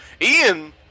Ian